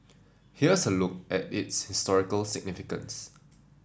here's a look at its historical significance